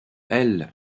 elles